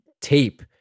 tape